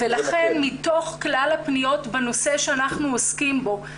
לכן מתוך כלל הפניות בנושא שאנחנו עוסקים בו,